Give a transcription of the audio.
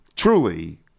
Truly